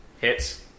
Hits